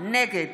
נגד